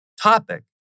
topic